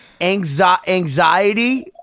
anxiety